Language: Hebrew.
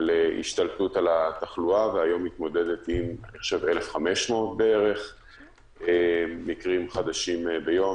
להשתלטות על התחלואה והיום מתמודדת עם 1,500 מקרים חדשים ביום בערך.